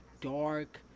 dark